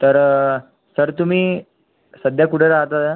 तर सर तुम्ही सध्या कुठे राहता